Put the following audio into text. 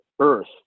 earth